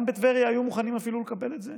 גם בטבריה היו מוכנים לקבל אפילו את זה.